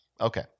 Okay